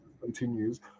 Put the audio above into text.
continues